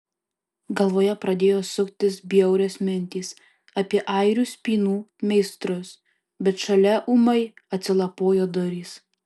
galvoje pradėjo suktis bjaurios mintys apie airių spynų meistrus bet šalia ūmai atsilapojo durys